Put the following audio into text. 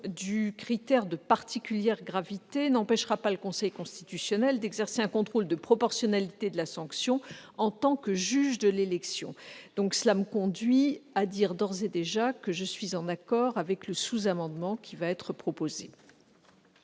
du critère de particulière gravité n'empêchera pas le Conseil constitutionnel d'exercer un contrôle de proportionnalité de la sanction en tant que juge de l'élection. Cela me conduit donc, je le dis d'ores et déjà, à être favorable au sous-amendement qui a été déposé